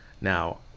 now